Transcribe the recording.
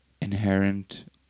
inherent